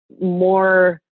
more